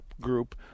group